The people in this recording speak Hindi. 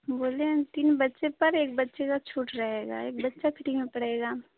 बोलें हैं तीन बच्चे पर एक बच्चे का छूट रहेगा एक बच्चा फ्री में पढ़ेगा